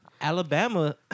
Alabama